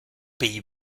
pays